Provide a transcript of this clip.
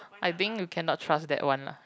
I think you cannot trust that one lah